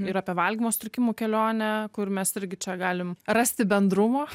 ir apie valgymo sutrikimų kelionę kur mes irgi čia galim rasti bendrumo